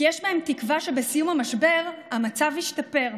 כי יש בהם תקווה שבסיום המשבר המצב ישתפר.